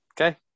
Okay